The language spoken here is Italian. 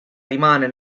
rimane